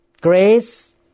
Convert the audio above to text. grace